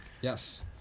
Yes